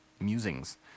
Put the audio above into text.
musings